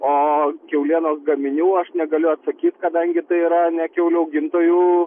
o kiaulienos gaminių aš negaliu atsakyt kadangi tai yra ne kiaulių augintojų